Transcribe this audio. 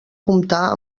comptar